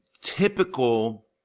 typical